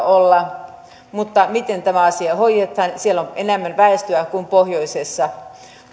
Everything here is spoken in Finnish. olla mutta miten tämä asia hoidetaan siellä on enemmän väestöä kuin pohjoisessa